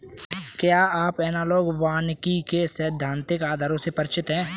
क्या आप एनालॉग वानिकी के सैद्धांतिक आधारों से परिचित हैं?